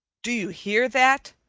do you hear that?